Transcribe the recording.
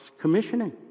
commissioning